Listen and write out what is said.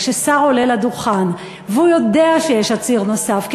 וכששר עולה לדוכן והוא יודע שיש עציר נוסף,